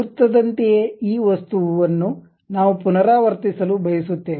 ವೃತ್ತದಂತೆಯೇ ಈ ವಸ್ತುವನ್ನು ನಾವು ಪುನರಾವರ್ತಿಸಲು ಬಯಸುತ್ತೇವೆ